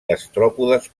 gastròpodes